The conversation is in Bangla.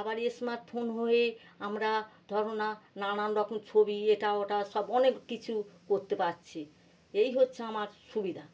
আবার স্মার্টফোন হয়ে আমরা ধরো না নানান রকম ছবি এটা ওটা সব অনেক কিছু করতে পাচ্ছি এই হচ্ছে আমার সুবিধা